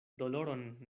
doloron